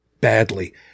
badly